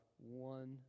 one